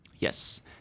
Yes